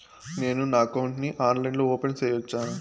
నేను నా అకౌంట్ ని ఆన్లైన్ లో ఓపెన్ సేయొచ్చా?